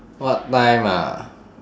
what time ah